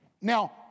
Now